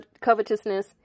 covetousness